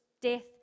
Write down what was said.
death